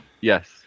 Yes